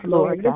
Lord